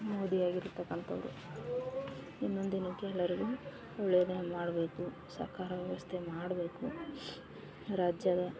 ಮೋದಿ ಆಗಿರ್ತಕ್ಕಂಥವ್ರು ಇನ್ನೊಂದೇನು ಕೆಲವ್ರಿಗೆ ಒಳ್ಳೇದೆ ಮಾಡಬೇಕು ಸರ್ಕಾರ ವ್ಯವಸ್ಥೆ ಮಾಡಬೇಕು ರಾಜ್ಯದ